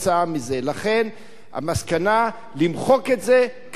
לכן המסקנה, למחוק את זה כמה שיותר מהר.